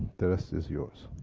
the rest is yours.